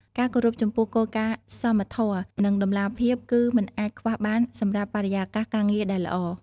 ការគោរពចំពោះគោលការណ៍សមធម៌ និងតម្លាភាពគឺមិនអាចខ្វះបានសម្រាប់បរិយាកាសការងារដែលល្អ។